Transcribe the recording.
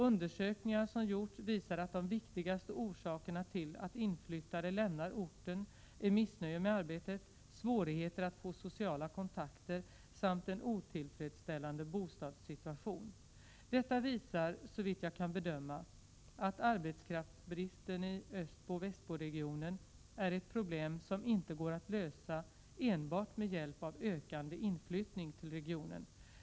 Undersökningar som gjorts visar att de viktigaste orsakerna till att inflyttare lämnar orten är missnöje med arbetet, svårigheter att få sociala kontakter samt en otillfredsställande bostadssituation. Detta visar, såvitt jag kan bedöma, att arbetskraftsbristen i Östbo— Västboregionen är ett problem som inte går att lösa enbart med hjälp av ökande inflyttning till regionen.